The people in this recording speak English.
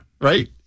right